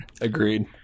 Agreed